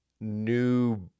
new